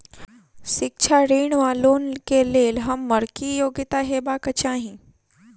शिक्षा ऋण वा लोन केँ लेल हम्मर की योग्यता हेबाक चाहि?